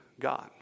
God